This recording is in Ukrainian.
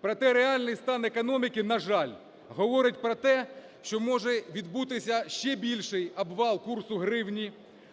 Проте реальний стан економіки, на жаль, говорить про те, що може відбутися ще більший обвал курсу гривні,